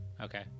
Okay